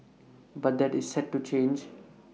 but that is set to change